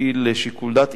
תפעיל שיקול דעת.